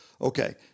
okay